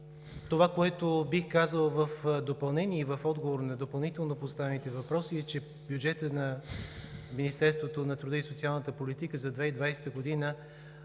Това, което бих казал в допълнение и в отговор на допълнително поставените въпроси, е, че бюджетът на Министерството на труда и социалната политика за 2020 г.,